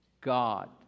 God